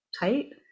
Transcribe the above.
tight